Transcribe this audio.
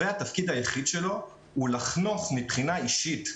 התפקיד היחיד של המלווה הוא לחנוך מבחינה אישית,